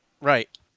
right